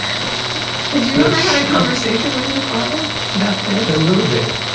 had you ever had a conversation with your father about this? a little bit,